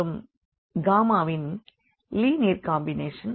மற்றும் ன் linear combination